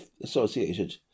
associated